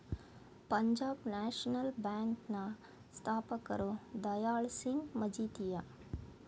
Punjab National Bank ನ ಸ್ಥಾಪಕರು ದಯಾಳ್ ಸಿಂಗ್ ಮಜಿತಿಯ